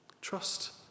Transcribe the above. Trust